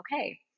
okay